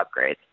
upgrades